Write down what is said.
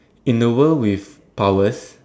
in the world with powers